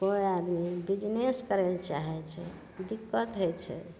कोइ आदमी बिजनेस करैलए चाहै छै दिक्कत होइ छै